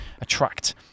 attract